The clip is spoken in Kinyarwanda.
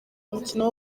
umukino